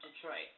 Detroit